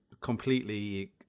completely